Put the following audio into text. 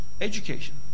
education